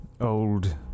old